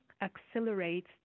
Accelerates